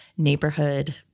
neighborhood